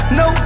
no